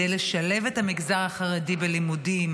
המגזר החרדי בלימודים